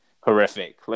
horrific